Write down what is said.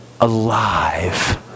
alive